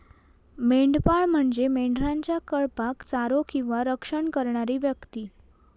मेंढपाळ म्हणजे मेंढरांच्या कळपाक चारो किंवा रक्षण करणारी व्यक्ती